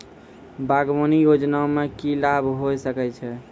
बागवानी योजना मे की लाभ होय सके छै?